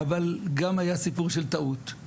אבל גם היה סיפור של טעות.